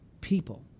people